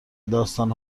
داستان